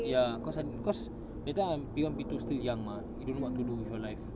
ya cause I cause that time I'm P one P two still young mah you don't know what to do with your life